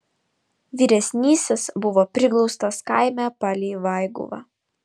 vyresnysis buvo priglaustas kaime palei vaiguvą